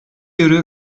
yarı